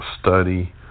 study